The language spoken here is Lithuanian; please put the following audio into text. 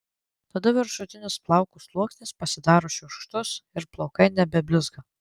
tada viršutinis plauko sluoksnis pasidaro šiurkštus ir plaukai nebeblizga